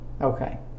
Okay